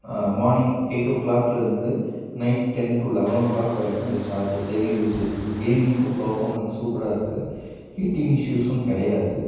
morning eight ஓ க்ளாக்கலருந்து night ten to eleven o'clock வரைக்கும் இந்த சார்ஜ் டெய்லி யூஸேஜிக்கு கேமிங்க்கும் பர்ஃப்பாமன்ஸ் சூப்பராக இருக்கு ஹீட்டிங் இஷ்யூஸும் கிடையாது